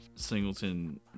Singleton